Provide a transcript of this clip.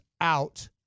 out